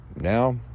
Now